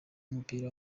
w’umupira